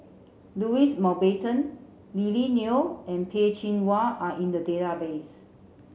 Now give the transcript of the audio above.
Louis Mountbatten Lily Neo and Peh Chin Hua are in the database